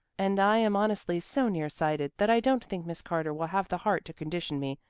and i am honestly so near-sighted, that i don't think miss carter will have the heart to condition me.